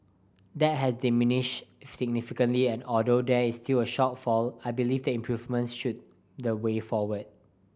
that has diminished significantly and although there is still a shortfall I believe the improvements should the way forward